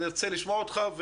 נרצה לשמוע אותך.